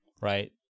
right